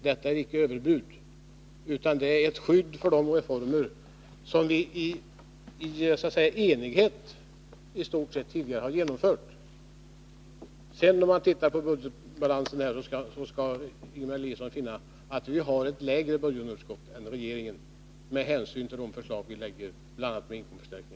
Detta är icke överbud, utan det är ett skydd för de reformer som vi tidigare i enighet i stort sett har genomfört. Om Ingemar Eliasson ser på budgetbalansen, skall han finna att det förslag vi lägger fram, bl.a. med inkomstförstärkningar, ger ett lägre budgetunderskott än regeringens förslag.